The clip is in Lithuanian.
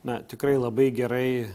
na tikrai labai gerai